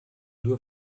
due